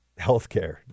healthcare